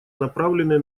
направленные